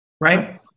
right